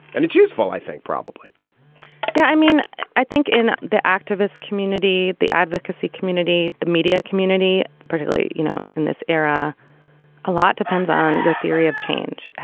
and it's useful i think probably yeah i mean i think in the activist community the advocacy community the media community perfectly you know in this era a lot depends on your theory of change.